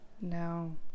No